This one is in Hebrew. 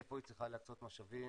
איפה היא צריכה להקצות משאבים,